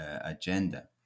agenda